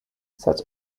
such